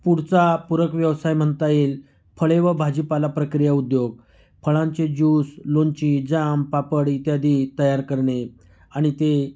पुढचा पूरक व्यवसाय म्हणता येईल फळे व भाजीपाला प्रक्रिया उद्योग फळांचे ज्यूस लोणची जाम पापड इत्यादी तयार करणे आणि ते